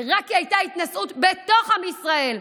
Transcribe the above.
זה רק כי הייתה התנשאות בתוך עם ישראל.